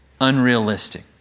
unrealistic